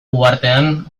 uhartean